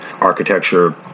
architecture